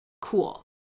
Cool